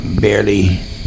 barely